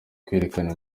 kwerekana